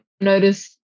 notice